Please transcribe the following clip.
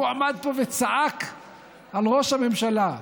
הוא עמד פה וצעק על ראש הממשלה: